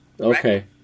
okay